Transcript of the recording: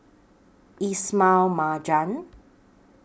Ismail Marjan